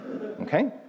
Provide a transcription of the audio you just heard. Okay